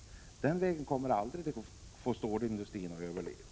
Om vi går den vägen kommer aldrig stålindustrin att överleva.